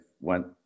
went